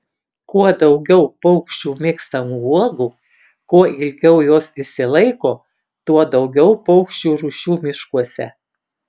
kuo daugiau paukščių mėgstamų uogų kuo ilgiau jos išsilaiko tuo daugiau paukščių rūšių miškuose